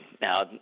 Now